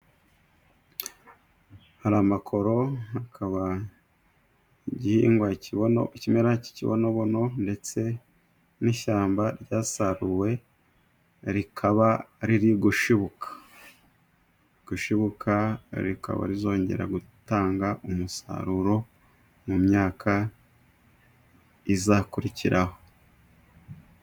Hari amakoro hakaba ikimera cy'ikibonobono, ndetse n'ishyamba ryasaruwe rikaba riri gushibuka, gushibuka rikaba rizongera gutanga umusaruro mu myaka izakurikiraho.